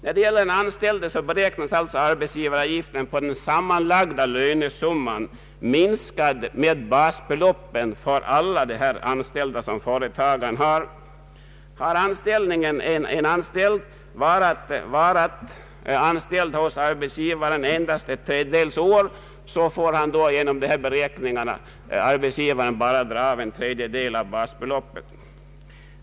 När det gäller inkomst av anställning beräknas arbetsgivaravgiften med utgångspunkt i den sammanlagda lönesumman, minskad med basbeloppet, för alla de anställda som en företagare har. Har anställningen varat endast under en tredjedel av året, får arbetsgivaren vid avgiftsberäkningen dra av en tredjedel av basbeloppet.